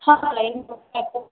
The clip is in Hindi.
हाँ